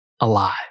alive